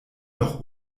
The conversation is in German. noch